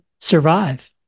survive